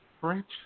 French